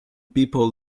people